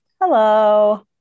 Hello